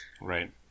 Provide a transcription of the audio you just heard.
Right